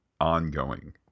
ongoing